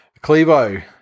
Clevo